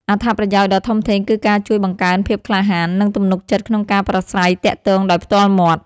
អត្ថប្រយោជន៍ដ៏ធំធេងគឺការជួយបង្កើនភាពក្លាហាន និងទំនុកចិត្តក្នុងការប្រាស្រ័យទាក់ទងដោយផ្ទាល់មាត់។